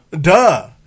Duh